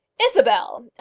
isabel!